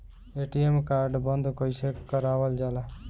ATM card बन्द कईसे करावल जाला?